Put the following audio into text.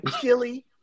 chili